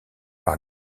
par